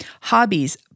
hobbies